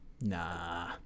Nah